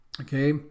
Okay